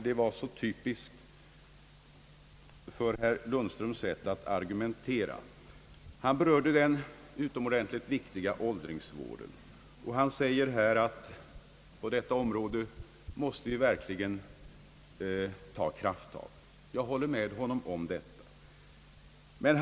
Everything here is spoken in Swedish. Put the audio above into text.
Det var typiskt för herr Lundströms sätt att argumentera, när han berörde den utomordentligt viktiga åldringsvården och sade att vi på detta område verkligen måste ta krafttag. Jag håller med honom om detta, det är ju vad vi gör.